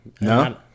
No